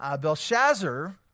Belshazzar